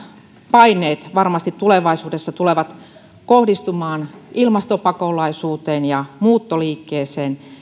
paineet varmasti tulevaisuudessa tulevat kohdistumaan ilmastopakolaisuuteen ja muuttoliikkeeseen